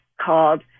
called